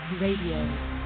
Radio